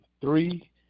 three